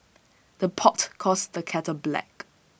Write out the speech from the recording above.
the pot calls the kettle black